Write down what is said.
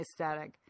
aesthetic